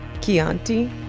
Chianti